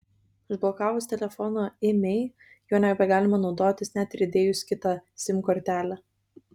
užblokavus telefono imei juo nebegalima naudotis net ir įdėjus kitą sim kortelę